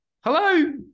hello